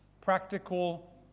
practical